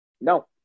No